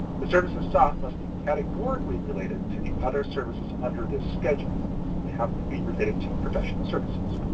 the services sought must be categorically related to the other services under this schedule. so they have to be related to professional services.